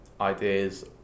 ideas